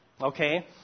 Okay